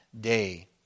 day